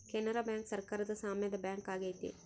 Canara bank ಸರಕಾರದ ಸಾಮ್ಯದ bank ಆಗೈತೆ